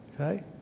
Okay